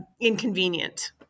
inconvenient